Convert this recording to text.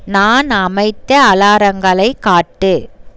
நான் அமைத்த அலாரங்களைக் காட்டு